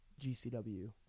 GCW